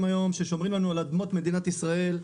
היום ושומרים לנו על אדמות מדינת ישראל,